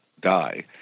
die